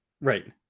right